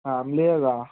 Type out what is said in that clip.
ఫ్యామిలియేగా